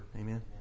Amen